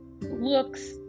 looks